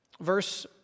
verse